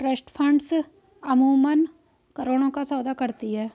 trust funds अमूमन करोड़ों का सौदा करती हैं